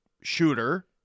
shooter